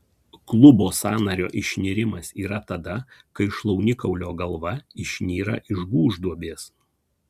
klubo sąnario išnirimas yra tada kai šlaunikaulio galva išnyra iš gūžduobės